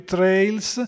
Trails